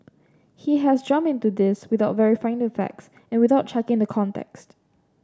he has jump into this without verifying the facts and without checking the context